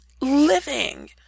living